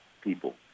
people